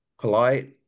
polite